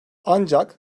ancak